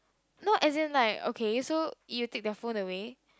nope as it's like okay so you will take their phone away